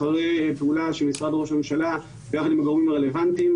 אחרי פעולה של משרד ראש הממשלה יחד עם הגורמים הרלוונטיים,